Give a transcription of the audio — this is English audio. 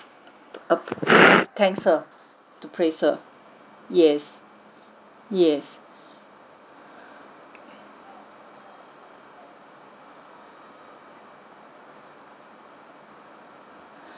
uh thanks her to praise her yes yes